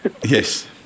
Yes